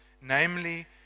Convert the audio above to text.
namely